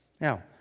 now